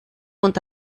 und